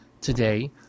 today